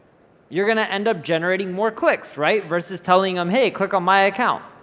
you're gonna end up generating more clicks, right, versus telling em, hey, click on my account.